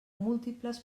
múltiples